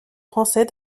français